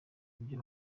ibyo